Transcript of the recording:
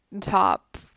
top